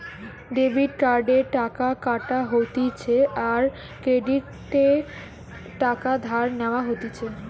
debit কার্ডে টাকা কাটা হতিছে আর ক্রেডিটে টাকা ধার নেওয়া হতিছে